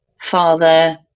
father